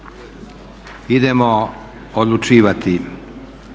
možemo odlučivat